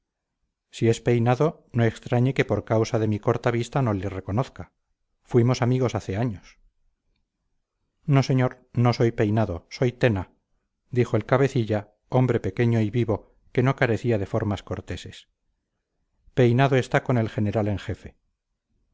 si es peinado no extrañe que por causa de mi corta vista no le reconozca fuimos amigos hace años no señor no soy peinado soy tena dijo el cabecilla hombre pequeño y vivo que no carecía de formas corteses peinado está con el general en jefe